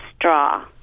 straw